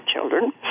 children